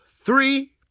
three